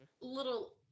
little